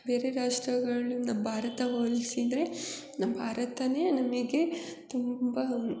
ಬೇರೆ ರಾಷ್ಟ್ರಗಳನ್ನು ಭಾರತ ಹೋಲಿಸಿದ್ರೆ ನಮ್ಮ ಭಾರತವೇ ನಮಗೆ ತುಂಬ